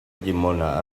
llimona